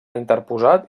interposat